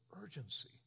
urgency